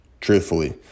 truthfully